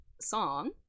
song